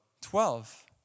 Twelve